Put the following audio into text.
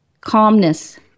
calmness